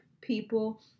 people